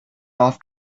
off